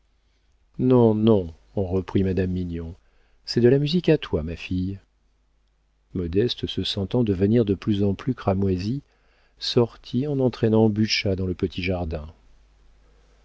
non non reprit madame mignon c'est de la musique à toi ma fille modeste se sentant devenir de plus en plus cramoisie sortit en entraînant butscha dans le petit jardin